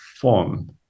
form